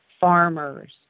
Farmers